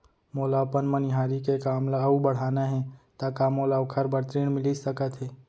मोला अपन मनिहारी के काम ला अऊ बढ़ाना हे त का मोला ओखर बर ऋण मिलिस सकत हे?